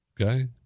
Okay